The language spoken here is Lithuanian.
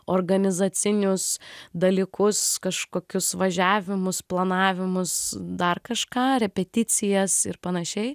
organizacinius dalykus kažkokius važiavimus planavimus dar kažką repeticijas ir panašiai